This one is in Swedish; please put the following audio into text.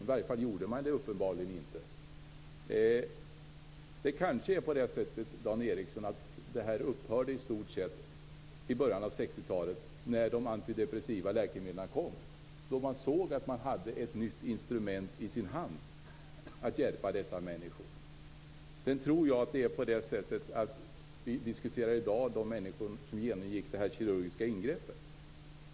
I varje fall gjorde man det uppenbarligen inte. Dan Ericsson, det kanske är på det sättet att detta i stort sett upphörde i början av 60-talet, då de antidepressiva läkemedlen kom och då man såg att man hade ett nytt instrument i sin hand för att hjälpa dessa människor. Jag tror att det är på det sättet att vi i dag diskuterar de människor som genomgick detta kirurgiska ingrepp.